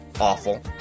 awful